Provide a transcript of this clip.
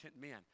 men